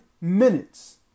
minutes